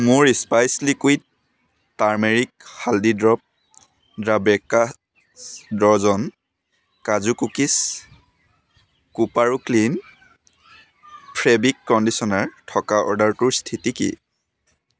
মোৰ spice liquid turmeric haldi drop the baker's dozen kaju cookies কোপাৰো clean fabric conditioner থকা অৰ্ডাৰটোৰ স্থিতি কি